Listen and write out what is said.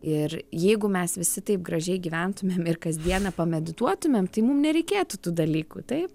ir jeigu mes visi taip gražiai gyventume ir kasdieną pamedituotumėm tai mum nereikėtų tų dalykų taip